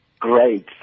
Great